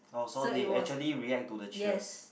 orh so they actually react to the cheers